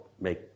make